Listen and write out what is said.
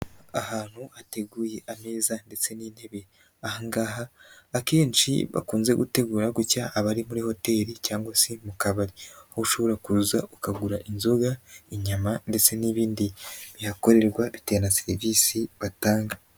Ahantu hateguye ameza ndetse n'intebe, ahangaha akenshi bakunze gutegura gucya haba ari muri hoteli cyangwa se mu kabari, ushobora kuza ukagura inzoga, inyama ndetse n'ibindi bihakorerwa bitewe na serivisi batanga.